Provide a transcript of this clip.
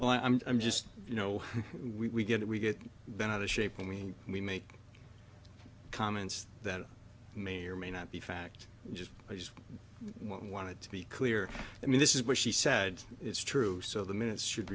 well i'm i'm just you know we get it we get bent out of shape when we make comments that may or may not be fact just i just wanted to be clear i mean this is what she said is true so the minutes should